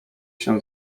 się